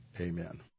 Amen